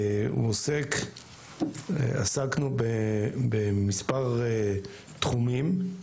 עסקנו במספר תחומים,